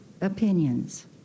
opinions